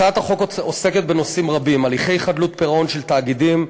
הצעת החוק עוסקת בנושאים רבים: הליכי חדלות פירעון של תאגידים,